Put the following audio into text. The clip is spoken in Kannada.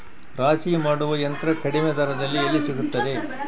ರಾಶಿ ಮಾಡುವ ಯಂತ್ರ ಕಡಿಮೆ ದರದಲ್ಲಿ ಎಲ್ಲಿ ಸಿಗುತ್ತದೆ?